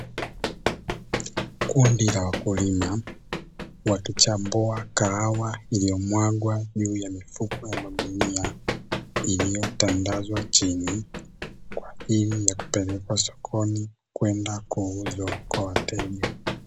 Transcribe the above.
Kundi la wakulima wakichambua kahawa iliyomwagwa juu mifuko ya magunia yaliyotandazwa chini, kwa ajili ya kupelekwa sokoni kwenda kuuzwa kwa wateja.